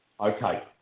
Okay